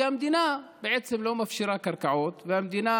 כי המדינה בעצם לא מפשירה קרקעות, והמדינה